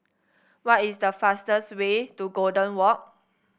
what is the fastest way to Golden Walk